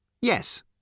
Yes